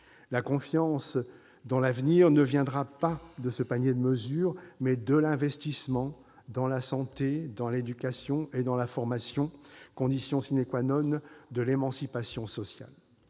La confiance dans l'avenir ne viendra pas de ce panier de mesures, mais de l'investissement dans la santé, l'éducation et la formation, conditions de l'émancipation sociale.